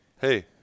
Hey